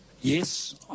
yes